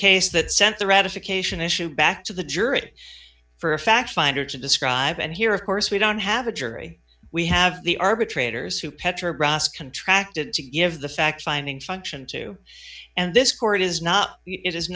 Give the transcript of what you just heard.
case that sent the ratification issue back to the jury for a fact finder to describe and here of course we don't have a jury we have the arbitrators who petter bras contracted to give the fact finding function two and this court is not i